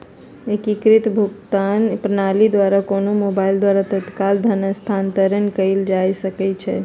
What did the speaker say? एकीकृत भुगतान प्रणाली द्वारा कोनो मोबाइल द्वारा तत्काल धन स्थानांतरण कएल जा सकैछइ